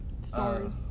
Star's